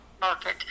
market